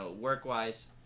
work-wise